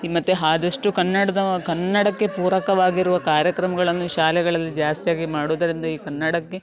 ಈಗ ಮತ್ತು ಆದಷ್ಟು ಕನ್ನಡದ ಕನ್ನಡಕ್ಕೆ ಪೂರಕವಾಗಿರುವ ಕಾರ್ಯಕ್ರಮಗಳನ್ನು ಶಾಲೆಗಳಲ್ಲಿ ಜಾಸ್ತಿಯಾಗಿ ಮಾಡೋದರಿಂದ ಈ ಕನ್ನಡಕ್ಕೆ